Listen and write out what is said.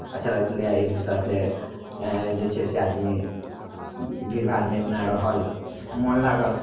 अच्छा लगै छलैए एक दोसरासँ जे छै से आदमी भीड़ भाड़मे अपना रहल मोन लागल